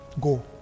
go